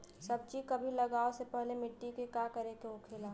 सब्जी कभी लगाओ से पहले मिट्टी के का करे के होखे ला?